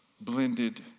blended